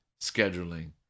scheduling